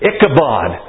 Ichabod